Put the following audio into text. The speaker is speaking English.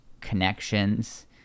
connections